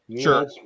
Sure